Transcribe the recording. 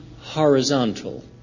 horizontal